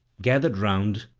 gathered round,